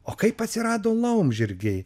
o kaip atsirado laumžirgiai